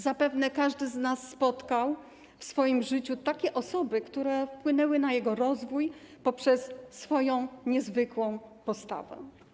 Zapewne każdy z nas spotkał w swoim życiu takie osoby, które wpłynęły na jego rozwój poprzez swoją niezwykłą postawę.